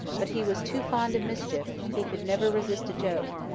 but he was too fond of mischief. he could never resist a joke.